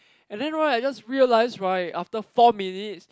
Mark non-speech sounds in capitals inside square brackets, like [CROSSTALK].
[BREATH] and then right I just realise right after four minutes